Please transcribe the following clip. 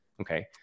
okay